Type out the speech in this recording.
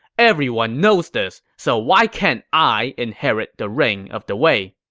everyone knows this, so why can't i inherit the reign of the wei?